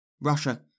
Russia